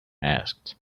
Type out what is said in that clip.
asked